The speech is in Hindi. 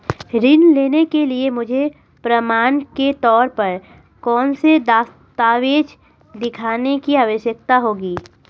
ऋृण लेने के लिए मुझे प्रमाण के तौर पर कौनसे दस्तावेज़ दिखाने की आवश्कता होगी?